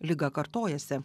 liga kartojasi